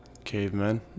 cavemen